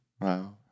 Wow